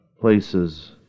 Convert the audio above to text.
places